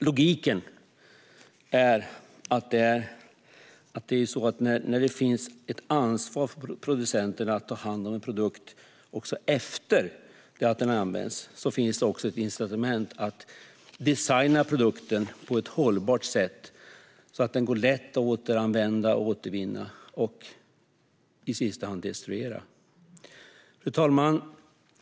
Logiken är den att när producenten har ett ansvar att ta hand om en produkt efter det att den använts finns det också ett incitament att designa produkten på ett hållbart sätt, så att den är lätt att återanvända, återvinna eller i sista hand destruera. Fru talman!